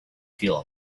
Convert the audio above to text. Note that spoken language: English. feel